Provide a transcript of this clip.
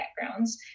backgrounds